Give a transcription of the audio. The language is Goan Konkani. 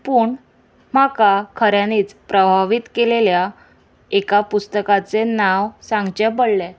पूण म्हाका खऱ्यांनीच प्रभावीत केलेल्या एका पुस्तकाचें नांव सांगचें पडलें